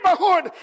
neighborhood